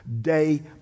day